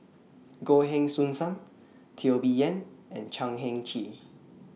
Goh Heng Soon SAM Teo Bee Yen and Chan Heng Chee